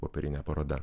popierinė paroda